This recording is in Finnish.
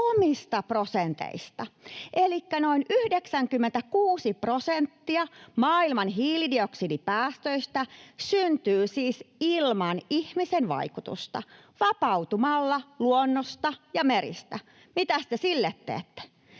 omista prosenteista. Elikkä noin 96 prosenttia maailman hiilidioksidipäästöistä syntyy siis ilman ihmisen vaikutusta vapautumalla luonnosta ja meristä. Mitäs te sille teette?